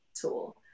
tool